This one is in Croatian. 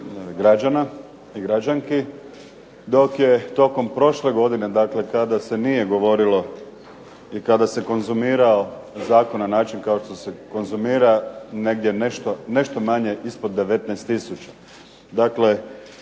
građana i građanki, dok je tokom prošle godine kada se nije govorilo i kada se konzumirao Zakon na način kao što se konzumira negdje nešto manje ispod 19 tisuća. Dakle,